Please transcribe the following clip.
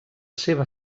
seva